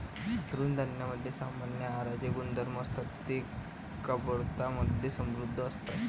तृणधान्यांमध्ये समान आहाराचे गुणधर्म असतात, ते कर्बोदकांमधे समृद्ध असतात